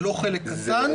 זה לא חלק קטן.